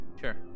sure